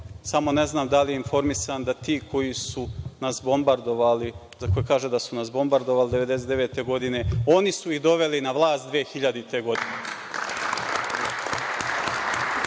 Samo ne znam da li je informisan da ti koji su nas bombardovali, za koje kaže da su nas bombardovali 1999. godine, oni su ih doveli na vlast 2000. godine.